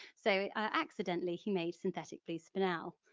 so accidentally he made synthetic blue spinel.